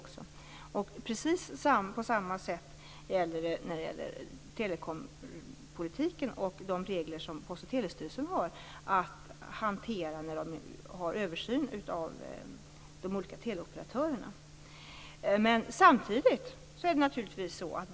På samma sätt förhåller det sig med telekompolitiken och de regler som Post och telestyrelsen har att hantera vid översynen av de olika teleoperatörerna.